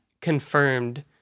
confirmed